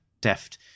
deft